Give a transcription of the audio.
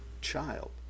child